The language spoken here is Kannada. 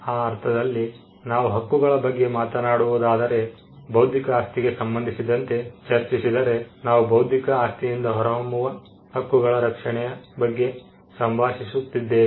ಆ ಅರ್ಥದಲ್ಲಿ ನಾವು ಹಕ್ಕುಗಳ ಬಗ್ಗೆ ಮಾತನಾಡುವುದಾದರೆ ಬೌದ್ಧಿಕ ಆಸ್ತಿಗೆ ಸಂಬಂಧಿಸಿದಂತೆ ಚರ್ಚಿಸಿದರೆ ನಾವು ಬೌದ್ಧಿಕ ಆಸ್ತಿಯಿಂದ ಹೊರಹೊಮ್ಮುವ ಹಕ್ಕುಗಳ ರಕ್ಷಣೆಯ ಬಗ್ಗೆ ಸಂಭಾಷಿಸುತ್ತಿದ್ದೇವೆ